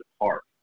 park